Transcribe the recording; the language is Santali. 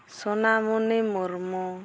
ᱥᱳᱱᱟᱢᱚᱱᱤ ᱢᱩᱨᱢᱩ